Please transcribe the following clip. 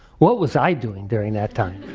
what was i doing during that time?